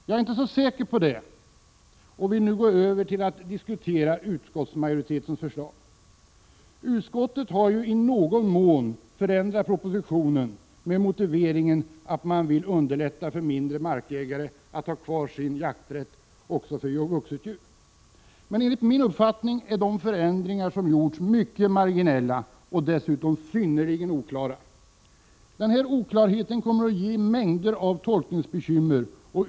Jag är inte så säker på det. Låt mig därför gå över till att något diskutera utskottsmajoritetens förslag. Utskottet har i någon mån förändrat propositionens förslag med motiveringen att man vill underlätta för mindre markägare att få ha kvar sin jakträtt också när det gäller jakt på vuxet djur. Enligt min uppfattning är emellertid de förändringar som gjorts mycket marginella och dessutom synnerligen oklara. Oklarheten kommer att skapa mängder av tolkningsbekymmer.